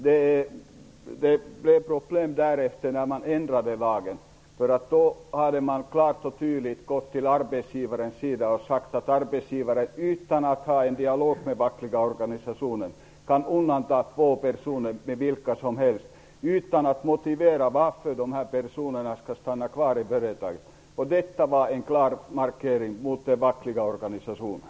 Däremot blev det problem när man därefter ändrade lagen, därför att då hade man klart och tydligt ställt sig på arbetsgivarens sida och sagt att arbetsgivaren, utan dialog med de fackliga organisationerna, kunde undanta vilka två personer som helst utan någon motivering till att dessa personer skulle få stanna kvar i företaget. Detta var en klar markering mot de fackliga organisationerna.